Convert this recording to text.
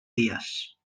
dies